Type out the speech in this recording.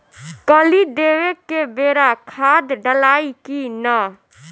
कली देवे के बेरा खाद डालाई कि न?